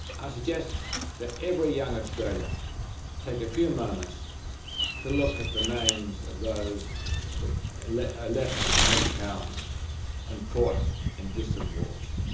i suggest that every young australian take a few moments to look at the names of those who left left and these towns and fought in distant wars.